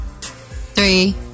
Three